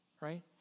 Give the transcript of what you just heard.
Right